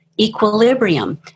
equilibrium